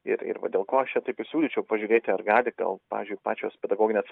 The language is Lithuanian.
ir ir va dėl ko aš čia taip ir siūlyčiau pažiūrėti ar gali gal pavyzdžiui pačios pedagoginės